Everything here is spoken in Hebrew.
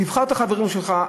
תבחר את החברים שלך,